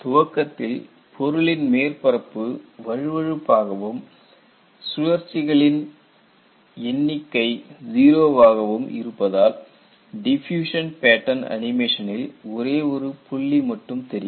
துவக்கத்தில் பொருளின் மேற்பரப்பு வழுவழுப்பாகவும் சுழற்சிகளில் எண்ணிக்கை 0 வாக இருப்பதால் டிஃப்யூஷன் பேட்டன் அனிமேஷனில் ஒரே ஒரு புள்ளி மட்டும் தெரியும்